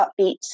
upbeat